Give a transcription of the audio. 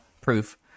proof